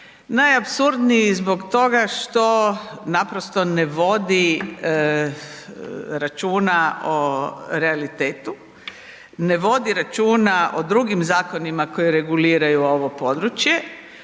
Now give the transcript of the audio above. Najapsurdniji zbog toga što naprosto ne vodi računa o realitetu, ne vodi računa o drugim zakonima koji reguliraju ovo područje,